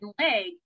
leg